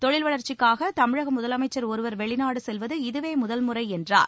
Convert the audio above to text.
தொழில் வளர்ச்சிக்காக தமிழக முதலமைச்சர் ஒருவர் வெளிநாடு செல்வது இதுவே முதல்முறை என்றார்